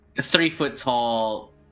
three-foot-tall